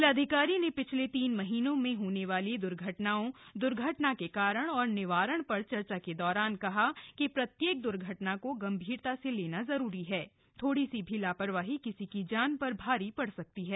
जिलाधिकारी ने पिछले तीन महीनों में होने वाली द्र्घटनाओं द्र्घटना के कारण और निवारण पर चर्चा के दौरान कहा कि प्रत्येक द्र्घटना को गम्भीरता से लेना जरूरी है थोड़ी सी लापरवाही किसी की जान पर भारी पड़ सकती है